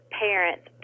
Parents